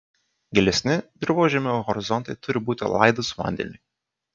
gilesni dirvožemio horizontai turi būti laidūs vandeniui